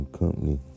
company